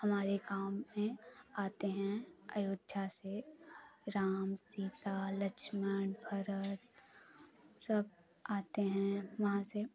हमारे गाँव में आते हैं अयोध्या से राम सीता लक्ष्मण भरत सब आते हैं वहाँ से